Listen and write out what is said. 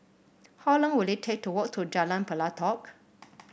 how long will it take to walk to Jalan Pelatok